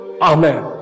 Amen